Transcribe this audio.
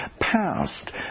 passed